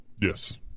Yes